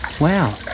Wow